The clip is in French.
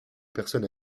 personne